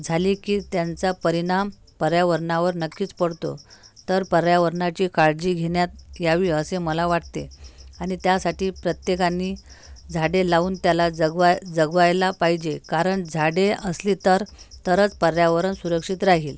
झाली की त्यांचा परिणाम पर्यावरणावर नक्कीच पडतो तर पर्यावरणाची काळजी घेण्यात यावी असे मला वाटते आणि त्यासाठी प्रत्येकांनी झाडे लावून त्याला जगवाय जगवायला पाहिजे कारण झाडे असली तर तरच पर्यावरण सुरक्षित राहील